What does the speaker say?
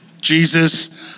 Jesus